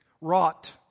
Wrought